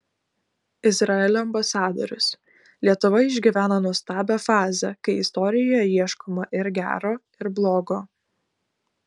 izraelio ambasadorius lietuva išgyvena nuostabią fazę kai istorijoje ieškoma ir gero ir blogo